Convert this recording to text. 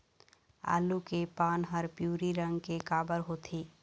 आलू के पान हर पिवरी रंग के काबर होथे?